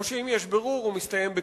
או שאם יש בירור הוא מסתיים בכלום.